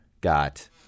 got